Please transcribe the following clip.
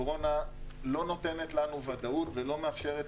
הקורונה לא נותנת לנו ודאות ולא מאפשרת